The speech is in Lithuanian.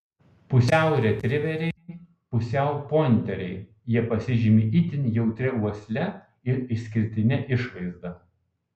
pusiau retriveriai pusiau pointeriai jie pasižymi itin jautria uosle ir išskirtine išvaizda